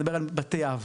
אני מדבר על תיקי אב,